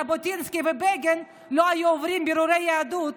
ז'בוטינסקי ובגין לא היו עוברים בירורי יהדות,